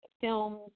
films